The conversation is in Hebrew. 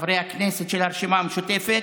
חברי הכנסת של הרשימה המשותפת,